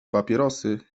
papierosy